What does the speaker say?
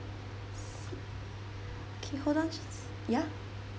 okay hold on ya